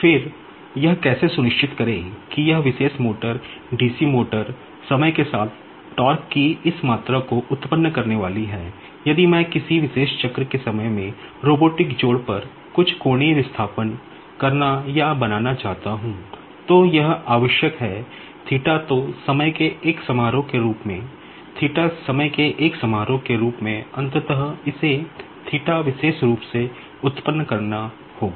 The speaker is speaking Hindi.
फिर यह कैसे सुनिश्चित करें कि यह विशेष मोटर डीसी मोटर करना या बनाना चाहता हूं तो यह आवश्यक है तो समय के एक फंक्शन के रूप में समय के एक फंक्शन के रूप में अंततः इसे विशेष रूप से उत्पन्न करना होगा